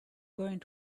going